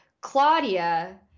Claudia